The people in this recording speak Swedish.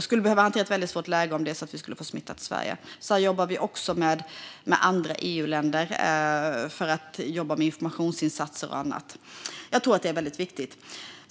skulle behöva hantera ett svårt läge där vi får smittan till Sverige. Sverige jobbar också tillsammans med andra EU-länder med informationsinsatser och annat. Jag tror att det är viktigt.